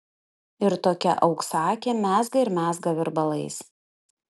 ir tokia auksaakė mezga ir mezga virbalais